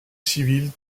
civiles